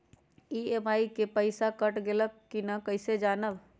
EMI के पईसा कट गेलक कि ना कइसे हम जानब?